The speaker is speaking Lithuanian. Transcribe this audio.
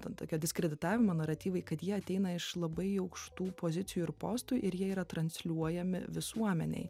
ten tokie diskreditavimo naratyvai kad jie ateina iš labai aukštų pozicijų ir postų ir jie yra transliuojami visuomenei